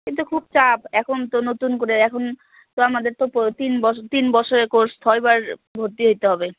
কিন্তু খুব চাপ এখন তো নতুন করে এখন তো আমাদের তো পো তিন বসো তিন বছরের কোর্স ছয় বার ভর্তি হতে হবে